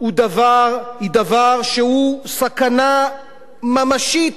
היא דבר שהוא סכנה ממשית